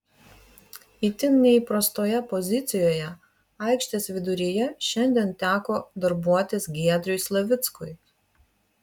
itin neįprastoje pozicijoje aikštės viduryje šiandien teko darbuotis giedriui slavickui